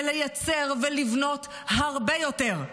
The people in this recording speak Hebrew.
ולייצר ולבנות הרבה יותר,